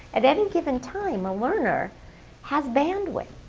at any given time, a learner has bandwidth,